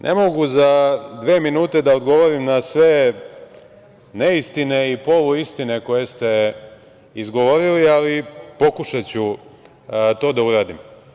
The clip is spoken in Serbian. Ne mogu za dve minute da odgovorim na sve neistine i poluistine koje ste izgovorili, ali pokušaću to da uradim.